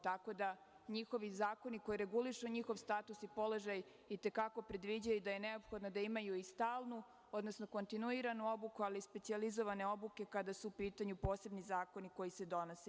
Tako da, njihovi zakoni, koji regulišu njihov status i položaj i te kako predviđaju da je neophodno da imaju i stalnu, odnosno kontinuiranu obuku, ali i specijalizovane obuke, kada su u pitanju posebni zakoni koji se donose.